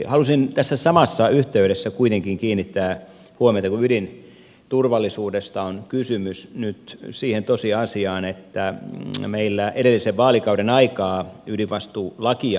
halusin tässä samassa yhteydessä kuitenkin kiinnittää huomiota kun ydinturvallisuudesta on kysymys nyt siihen tosiasiaan että meillä edellisen vaalikauden aikaan ydinvastuulakia muutettiin